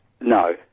No